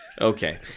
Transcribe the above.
Okay